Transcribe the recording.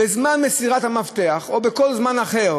בזמן מסירת המפתח או בכל זמן אחר